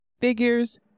Figures